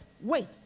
Wait